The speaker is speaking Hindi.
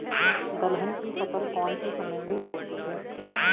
दलहन की फसल कौन से समय में होती है?